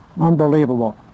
Unbelievable